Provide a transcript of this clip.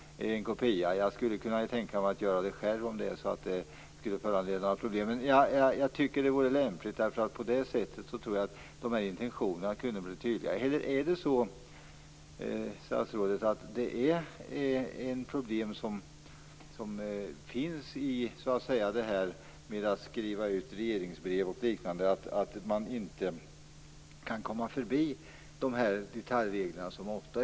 Om det skulle föranleda något problem, skulle jag kunna tänka mig att i stället göra det själv. Det kunde vara lämpligt för att tydliggöra intentionerna på det här området. Är det så, statsrådet, att man när man utfärdar regeringsbrev o.d. inte kan komma förbi sådana här detaljregler?